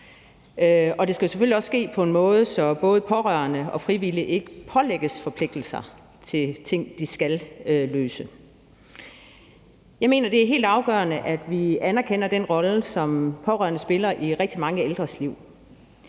det skal jo selvfølgelig også ske på en måde, hvor hverken pårørende eller frivillige ikke pålægges forpligtelser i forhold til ting, de skal løse. Jeg mener, det er helt afgørende, at vi anerkender den rolle, som pårørende spiller i rigtig mange ældres liv